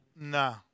Nah